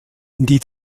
die